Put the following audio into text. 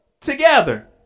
Together